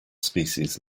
species